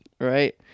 right